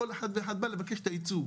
כל אחד ואחד בא לבקש את הייצוג.